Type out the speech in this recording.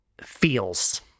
feels